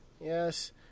Yes